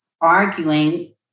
arguing